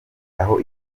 aho